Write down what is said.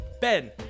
Ben